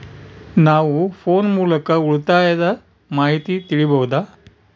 ನಾವು ಫೋನ್ ಮೂಲಕ ಉಳಿತಾಯದ ಮಾಹಿತಿ ತಿಳಿಯಬಹುದಾ?